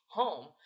home